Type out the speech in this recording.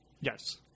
yes